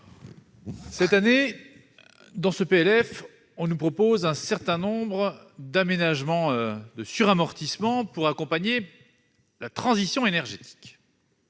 de finances, on nous propose un certain nombre d'aménagements et de suramortissements pour accompagner la transition énergétique.